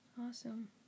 Awesome